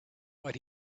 but